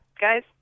guys